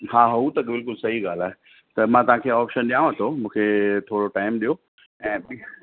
हा हू त बिल्कुलु सही ॻाल्हि आहे त मां तव्हांखे ऑप्शन ॾियांव थो मूंखे थोरो टाइम ॾियो ऐं ॿी